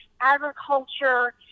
agriculture